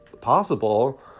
possible